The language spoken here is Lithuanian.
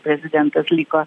prezidentas liko